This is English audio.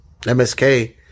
MSK